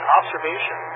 observation